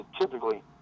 typically